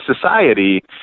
society